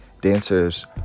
Dancers